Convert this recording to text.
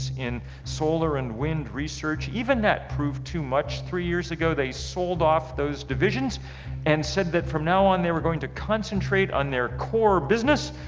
in solar and wind research. even that proved too much, three years ago they sold off those divisions and said that from now on they were going to concentrate on their core business.